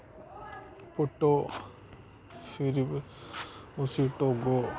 पुट्टो फिर उसी टौह्बो